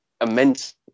immense